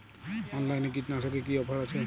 অনলাইনে কীটনাশকে কি অফার আছে?